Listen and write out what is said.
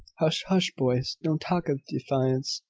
hush, hush, boys! don't talk of defiance,